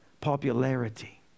popularity